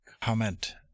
comment